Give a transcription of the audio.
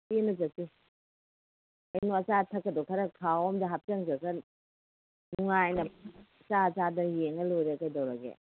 ꯀꯦꯅ ꯆꯠꯁꯤ ꯀꯩꯅꯣ ꯑꯆꯥ ꯑꯊꯛꯀꯗꯣ ꯈꯔ ꯈꯥꯎ ꯑꯝꯗ ꯍꯥꯞꯆꯟꯒ꯭ꯔꯒ ꯅꯨꯡꯉꯥꯏꯅ ꯆꯥ ꯆꯥꯗꯅ ꯌꯦꯡꯉ ꯂꯣꯏꯔꯦ ꯀꯩꯗꯧꯔꯒꯦ